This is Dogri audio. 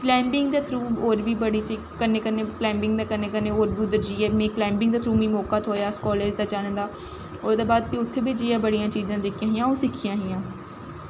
कलाईंबिंग दे थ्रू होर बी बड़ी कन्नै कन्नै कलाईंबिंग दे कन्नै कन्नै होर बी उद्धर जाइयै में कलाईंबिंग दे थ्रू मौका थ्होआ कालेज दा जाने दा फ्ही ओह्दै बाद उत्थै ही जाइयै बड़ियां चीजां हां ओह् सिक्खियां हियां